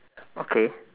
okay